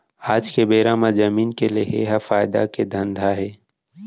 आज के बेरा म जमीन के लेहे ह फायदा के धंधा हे